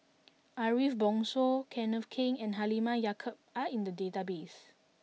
Ariff Bongso Kenneth Keng and Halimah Yacob are in the database